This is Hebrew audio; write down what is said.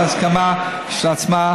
בהיבט המעשי,